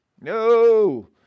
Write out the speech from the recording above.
No